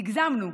הגזמנו,